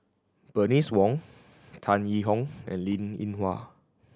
Bernice Wong Tan Yee Hong and Linn In Hua